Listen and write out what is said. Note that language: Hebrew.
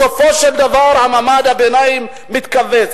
בסופו של דבר, מעמד הביניים מתכווץ.